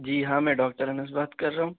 جی ہاں میں ڈاکٹر انس بات کر رہا ہوں